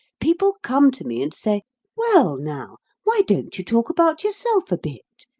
people come to me and say well, now, why don't you talk about yourself a bit?